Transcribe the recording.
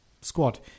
squad